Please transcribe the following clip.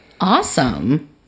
Awesome